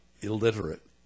illiterate